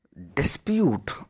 dispute